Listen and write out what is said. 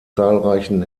zahlreichen